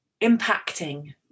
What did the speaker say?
impacting